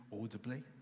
audibly